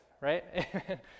right